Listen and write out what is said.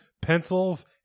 pencils